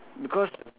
because